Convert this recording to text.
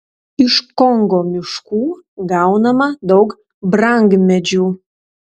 iš kongo miškų gaunama daug brangmedžių